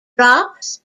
drops